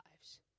lives